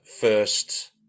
first